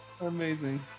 amazing